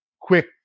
quick